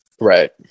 Right